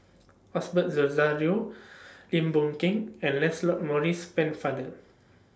Osbert Rozario Lim Boon Keng and Lancelot Maurice Pennefather